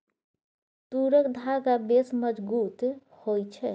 तूरक धागा बेस मजगुत होए छै